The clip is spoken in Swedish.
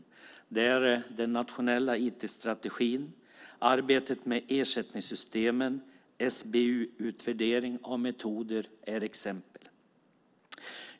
Exempel där är den nationella IT-strategin, arbete med ersättningssystem och SBU-utvärdering av metoder.